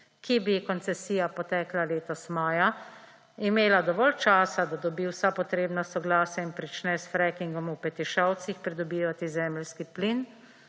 bi ji koncesija potekla letos maja, imela dovolj časa, da dobi vsa potrebna soglasja in prične s frackingom v Petišovcih pridobivati zemeljski plin,